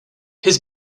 his